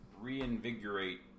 reinvigorate